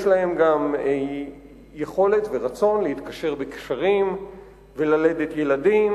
יש להם גם יכולת ורצון להתקשר בקשרים ולהוליד ילדים,